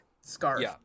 scarf